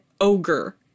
ogre